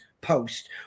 post